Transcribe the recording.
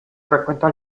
frequentò